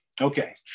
Okay